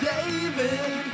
David